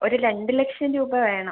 ഒരു രണ്ട് ലക്ഷം രൂപ വേണം